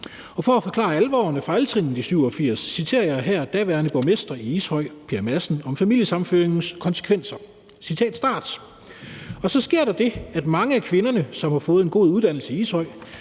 For at forklare alvoren af fejltrinnene i 1987 citerer jeg her daværende borgmester i Ishøj, Per Madsen, om familiesammenføringens konsekvenser: Og så sker der det, at mange af kvinderne, som har fået en god uddannelse i Ishøj,